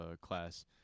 class